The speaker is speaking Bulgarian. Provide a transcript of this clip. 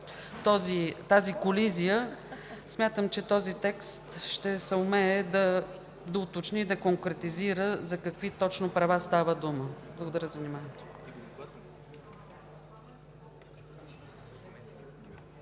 тази колизия смятам, че този текст ще съумее да уточни, да конкретизира за какви точно права става дума. Благодаря за вниманието.